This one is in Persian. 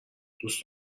دوست